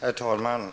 Herr talman!